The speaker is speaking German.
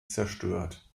zerstört